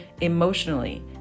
Emotionally